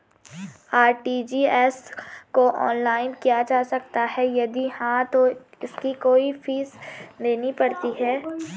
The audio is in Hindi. आर.टी.जी.एस को ऑनलाइन किया जा सकता है यदि हाँ तो इसकी कोई फीस देनी पड़ती है?